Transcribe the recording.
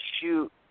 shoot